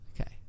okay